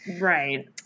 right